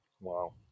Wow